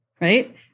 right